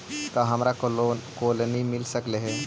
का हमरा कोलनी मिल सकले हे?